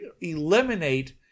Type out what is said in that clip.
eliminate